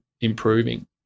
improving